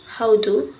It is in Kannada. ಹೌದು